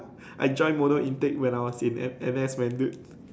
I join mono intake when I was in N N_S man dude